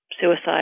suicide